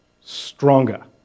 stronger